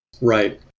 Right